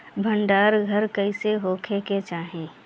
भंडार घर कईसे होखे के चाही?